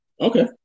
Okay